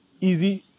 easy